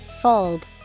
Fold